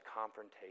confrontation